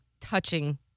touching